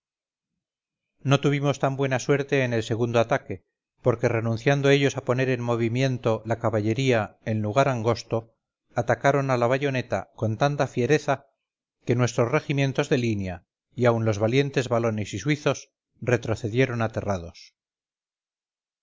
no tuvimos tan buena suerte en el segundo ataque porque renunciando ellos a poner en movimiento la caballería en lugar angosto atacaron a la bayoneta con tanta fiereza que nuestros regimientos de línea y aun los valientes walones y suizos retrocedieron aterrados